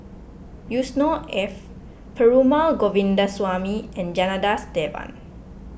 Yusnor Ef Perumal Govindaswamy and Janadas Devan